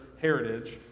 heritage